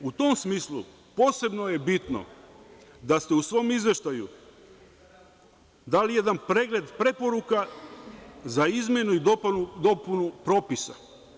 U tom smislu, posebno je bitno da ste u svom izveštaju dali jedan pregled preporuka za izmenu i dopunu propisa.